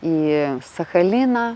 į sachaliną